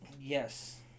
Yes